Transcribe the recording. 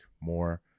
more